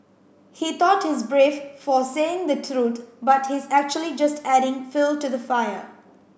he thought he's brave for saying the truth but he's actually just adding fuel to the fire